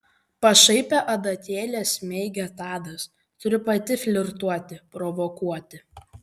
pašaipią adatėlę smeigė tadas turi pati flirtuoti provokuoti